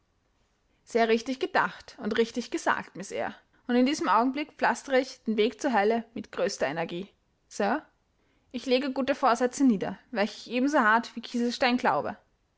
sehr richtig gedacht und richtig gesagt miß eyre und in diesem augenblick pflastere ich den weg zur hölle mit größter energie sir ich lege gute vorsätze nieder welche ich ebenso hart wie kieselsteine glaube